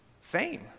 fame